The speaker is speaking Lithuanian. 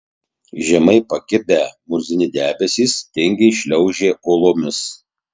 žemai pakibę murzini debesys tingiai šliaužė uolomis